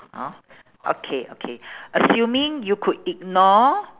hor okay okay assuming you could ignore